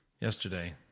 Yesterday